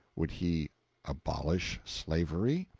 would he abolish slavery?